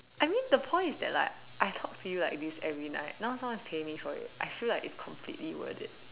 I mean the point is that like I talk to you like this every night now now someone is paying me for it I feel like it's completely worth it